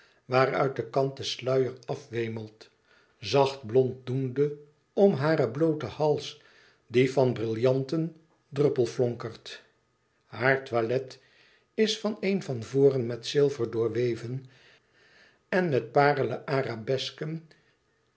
waaruit de kanten sluier afwemelt zacht blond doende om haren blooten hals die van brillanten druppelflonkert haar toilet is van een van voren met zilver doorweven en met parelen arabesken